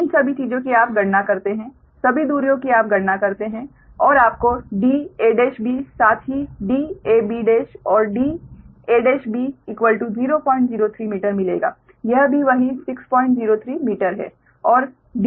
तो इन सभी चीजों की आप गणना करते हैं सभी दूरियों की आप गणना करते हैं और आपको dab साथ ही dab और dab 603 मीटर मिलेगा यह भी वही 603 मीटर है